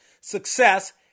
success